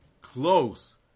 close